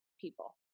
people